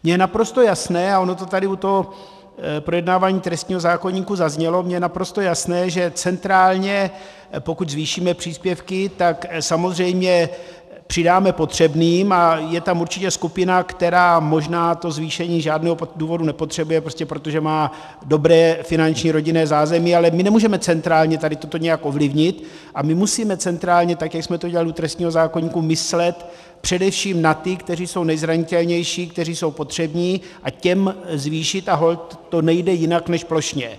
Mně je naprosto jasné, a ono to tady u toho projednávání trestního zákoníku zaznělo, že centrálně pokud zvýšíme příspěvky, tak samozřejmě přidáme potřebným, a je tam určitě skupina, která možná to zvýšení z žádného důvodu nepotřebuje prostě proto, že má dobré finanční rodinné zázemí, ale my nemůžeme centrálně toto nijak ovlivnit a my musíme centrálně, tak jak jsme to udělali u trestního zákoníku, myslet především na ty, kteří jsou nejzranitelnější, kteří jsou potřební, a těm zvýšit a holt to nejde jinak než plošně.